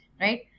right